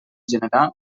generar